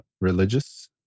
religious